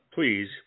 Please